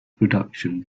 production